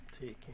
taking